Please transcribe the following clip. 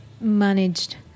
Managed